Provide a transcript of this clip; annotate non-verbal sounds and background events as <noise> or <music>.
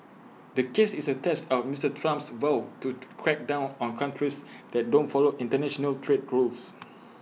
the case is A test of Mister Trump's vow to <unintelligible> crack down on countries that don't follow International trade rules